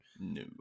No